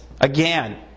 Again